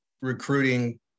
recruiting